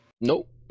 Nope